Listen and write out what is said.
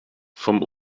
vom